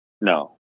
No